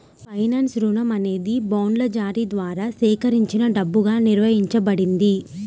ఫైనాన్స్లో, రుణం అనేది బాండ్ల జారీ ద్వారా సేకరించిన డబ్బుగా నిర్వచించబడింది